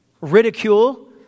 ridicule